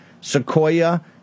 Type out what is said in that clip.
Sequoia